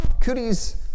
cooties